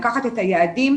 לקחת את היעדים,